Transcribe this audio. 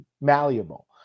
malleable